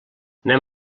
anem